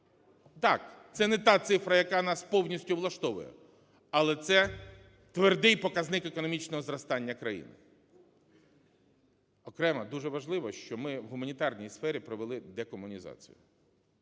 Так, це не та цифра, яка нас повністю влаштовує, але це твердий показник економічного зростання країни. Окремо дуже важливо, що ми в гуманітарній сфері провели декомунізацію,